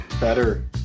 better